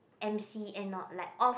M_C and not like off